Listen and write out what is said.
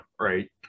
right